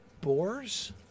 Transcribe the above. boars